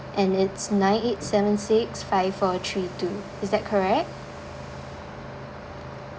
and it's nine eight seven six five four three two is that correct